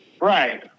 Right